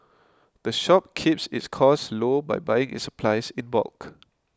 the shop keeps its costs low by buying its supplies in bulk